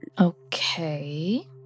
Okay